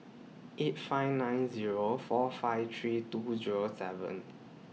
eight five nine Zero four five three two Zero seven